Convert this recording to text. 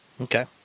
Okay